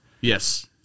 Yes